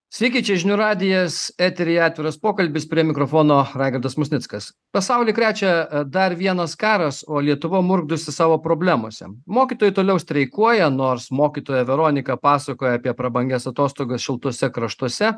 sveiki čia žinių radijas eteryje atviras pokalbis prie mikrofono raigardas musnickas pasaulį krečia dar vienas karas o lietuva murkdosi savo problemose mokytojai toliau streikuoja nors mokytoja veronika pasakoja apie prabangias atostogas šiltuose kraštuose